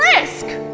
frisk!